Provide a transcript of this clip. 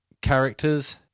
characters